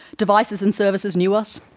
devices and services knew us,